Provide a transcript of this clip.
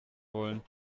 wollen